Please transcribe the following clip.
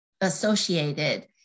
associated